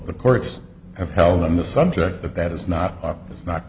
the courts have held on the subject but that is not it's not